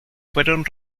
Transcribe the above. fueron